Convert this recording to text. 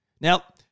Now